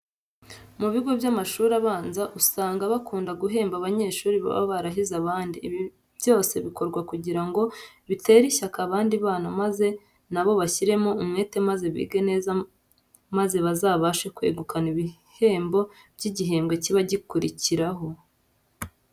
Mu bigo by'amashuri abanza usanga bakunda guhemba abanyeshuri baba barahize abandi. Ibi byose bikorwa kugira ngo bitere ishyaka abandi bana maze na bo bashyirimo umwete maze bige neza maze bazabashe kwegukana ibihembo by'igihembwe kiba kizakurikiraho.